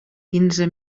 quinze